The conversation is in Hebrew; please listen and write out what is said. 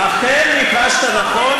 אכן ניחשת נכון,